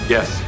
Yes